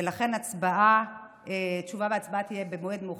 ולכן ותשובה והצבעה יהיו במועד מאוחר.